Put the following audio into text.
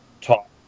talk